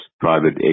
private